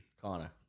Connor